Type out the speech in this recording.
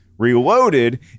Reloaded